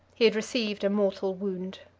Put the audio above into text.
he had received a mortal wound.